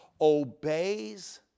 obeys